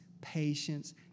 patience